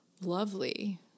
Lovely